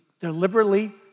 deliberately